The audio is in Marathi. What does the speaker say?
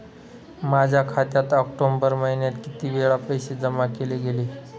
माझ्या खात्यात ऑक्टोबर महिन्यात किती वेळा पैसे जमा केले गेले?